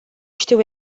știu